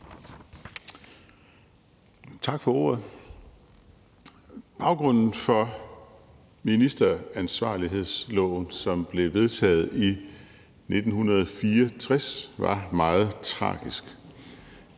Tak for ordet. Baggrunden for ministeransvarlighedsloven, som blev vedtaget i 1964, var meget tragisk.